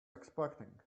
expecting